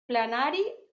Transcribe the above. plenari